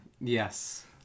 Yes